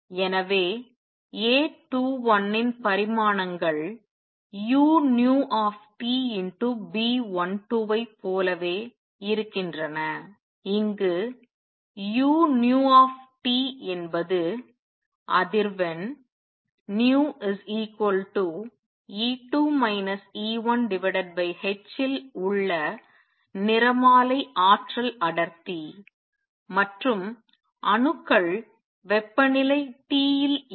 எனவே A21இன் பரிமாணங்கள் uTB12ஐப் போலவே இருக்கின்றன இங்கு uT என்பது அதிர்வெண் E2 E1h இல் உள்ள நிறமாலை ஆற்றல் அடர்த்தி மற்றும் அணுக்கள் வெப்பநிலை T இல் இருக்கும்